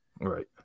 Right